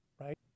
right